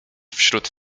wśród